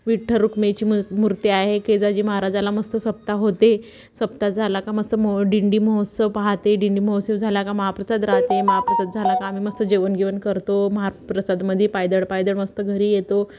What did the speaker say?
विठ्ठल रुक्माई मूर्ती आहे केजाजी महाराजाला मस्त सप्ताह होते सप्ताह झाला का मस्त मो दिंडी महोत्सव पाहते दिंडी महोत्सव झाला का महाप्रसाद राहाते महाप्रसाद झाला का आम्ही मस्त जेवण गेवन करतो महाप्रसादमध्ये पायदळ पायदळ मस्त घरी येतो